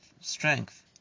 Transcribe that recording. strength